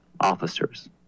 officers